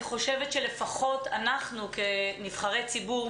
מחובתנו כנבחרי ציבור